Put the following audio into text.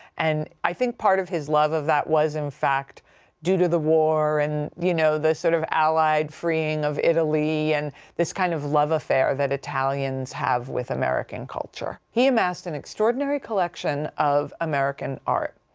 and i think part of his love of that was in fact due to the war and, you know, that sort of allied freeing of italy and this kind of love affair that italians have with american culture. he amassed an extraordinary collection of american art.